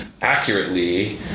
accurately